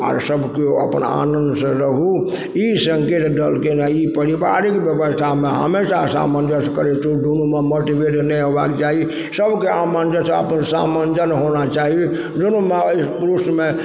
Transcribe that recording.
आओर सब केओ अपना आनन्दसँ रहू ई सङ्केत केने ई पारिवारिक व्यवस्थामे हमेशा सामञ्जस्य करैत रहु दोनोमे मतभेद नहि हेबाके चाही सबके आमंजस्य सामञ्जस्य होना चाही दोनो माइ पुरुषमे